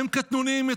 הם קטנוניים איתנו.